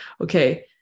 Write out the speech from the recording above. okay